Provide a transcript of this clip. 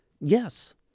Yes